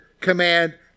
command